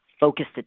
focused